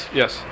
yes